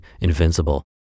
invincible